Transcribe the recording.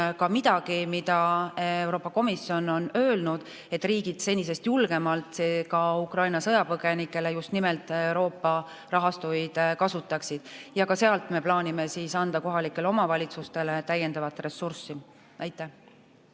jääkidest, sest Euroopa Komisjon on öelnud, et riigid senisest julgemalt ka Ukraina sõjapõgenike huvides just nimelt Euroopa rahastuid kasutaksid. Ja sealt me plaanimegi anda kohalikele omavalitsustele täiendavat ressurssi. Kert